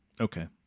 Okay